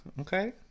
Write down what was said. Okay